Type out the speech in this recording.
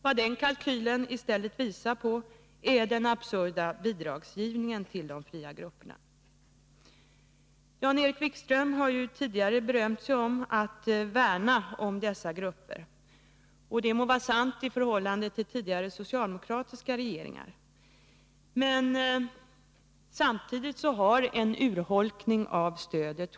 Vad kalkylen i stället visar på är den absurda bidragsgivningen när det gäller de fria grupperna. Jan-Erik Wikström har ju tidigare berömt sig av att värna om dessa grupper. Det må vara sant — i förhållande till vad som gällde under tidigare socialdemokratiska regeringar. Men samtidigt har det skett en urholkning av stödet.